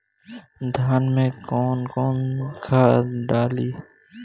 धान में कौन कौनखाद डाली?